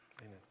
Amen